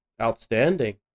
outstanding